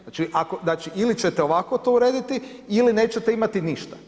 Znači ili ćete ovako to urediti ili nećete imati ništa.